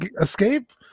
escape